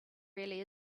really